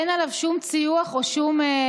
אין עליו שום ציו"ח או שום